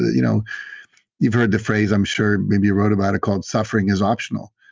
you know you've heard the phrase, i'm sure, maybe you wrote about, called suffering is optional.